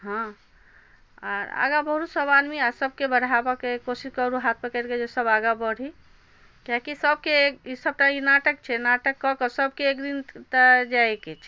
हँ आओर आगाँ बढू सब आदमी आओर सबके बढ़ाबऽके कोशिश करू हाथ पकड़िकऽ जे सब आगाँ बढ़ी कियाकि सबके ई सबटा ई नाटक छै नाटक कऽ कऽ सबके एक दिन तऽ जाइके छै